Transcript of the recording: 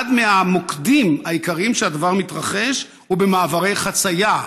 אחד מהמוקדים העיקריים שבהם הדבר מתרחש הוא במעברי חצייה,